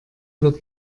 wird